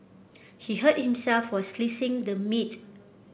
he hurt himself while the meat